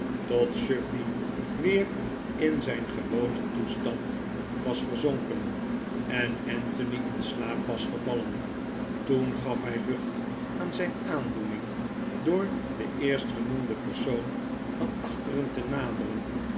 tot chuffey weer in zijn gewonen toestand was verzonken en anthony in slaap was gevallen toen gaf hij lucht aan zijn aandoening door den eerstgenoemden persoon van achteren te naderen